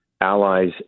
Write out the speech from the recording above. allies